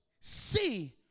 see